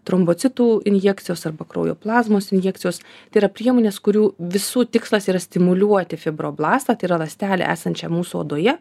trombocitų injekcijos arba kraujo plazmos injekcijos tai yra priemonės kurių visų tikslas yra stimuliuoti fibroblastą tai yra ląstelę esančią mūsų odoje